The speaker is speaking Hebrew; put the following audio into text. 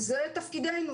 צריך לעשות סלקציה מיטבית,